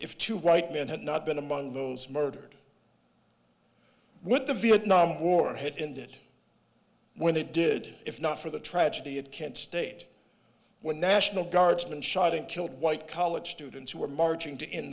if two white men had not been among those murdered with the vietnam war had ended when it did if not for the tragedy at kent state when national guardsmen shot and killed white college students who were marching